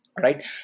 Right